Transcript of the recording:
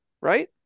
right